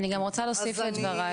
אני גם רוצה להוסיף לדברייך.